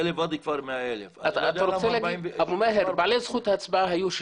זה לבד 100,000. אתה אומר שהיו 65,000 בעלי זכות הצבעה?